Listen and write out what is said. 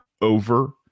over